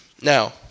Now